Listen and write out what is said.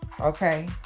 Okay